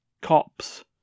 cops